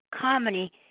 comedy